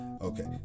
Okay